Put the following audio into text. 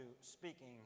speaking